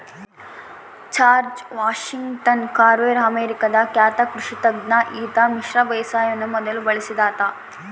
George Washington Carver ಅಮೇರಿಕಾದ ಖ್ಯಾತ ಕೃಷಿ ತಜ್ಞ ಈತ ಮಿಶ್ರ ಬೇಸಾಯವನ್ನು ಮೊದಲು ಬಳಸಿದಾತ